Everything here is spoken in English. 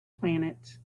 planet